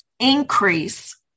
increase